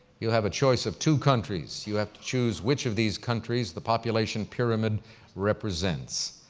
you'll have a choice of two countries. you have to choose which of these countries the population pyramid represents.